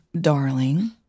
darling